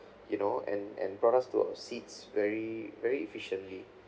you know and and brought us to our seats very very efficiently